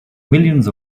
millions